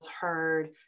heard